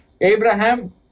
Abraham